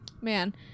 man